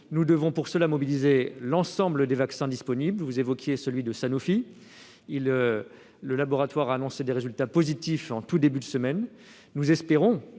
Nous devons pour cela mobiliser l'ensemble des vaccins disponibles. Vous évoquiez celui de Sanofi. Le laboratoire a annoncé des résultats positifs en tout début de semaine. Nous espérons,